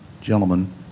gentlemen